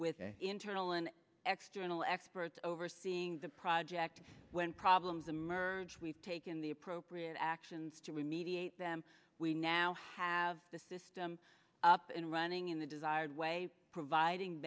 with internal and external experts overseeing the project when problems emerge we've taken the appropriate actions to remediate them we now have the system up and running in the desired way providing